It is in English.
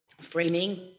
framing